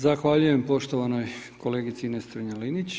Zahvaljujem poštovanoj kolegici Ines Strenja-Linić.